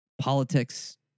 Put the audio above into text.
politics